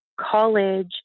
college